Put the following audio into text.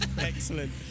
Excellent